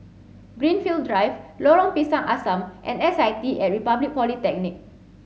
Greenfield Drive Lorong Pisang Asam and S I T at Republic Polytechnic